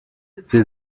wir